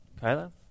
Kyla